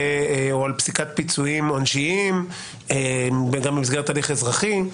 או על פסיקת פיצויים עונשיים במסגרת הליך אזרחי.